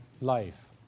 life